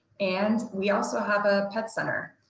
and we also have a pet center.